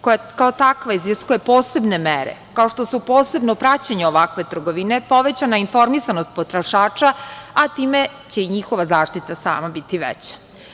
koja kao takva iziskuje posebne mere, kao što su posebno praćenje ovakve trgovine, povećana informisanost potrošača, a time će i njihova zaštita sama biti veća.